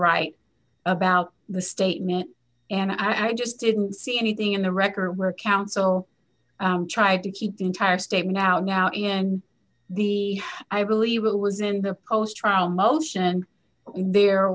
right about the statement and i just didn't see anything in the record where counsel tried to keep the entire state now now and the i believe it was in the post trial motion whe